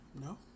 No